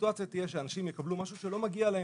הסיטואציה תהיה שאנשים יקבלו משהו שלא מגיע להם.